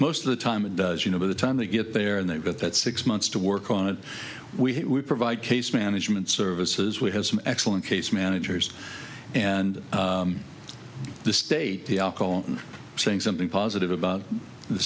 most of the time it does you know by the time they get there and they've got that six months to work on it we provide case management services we have some excellent case managers and the state the alcohol saying something positive about the